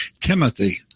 Timothy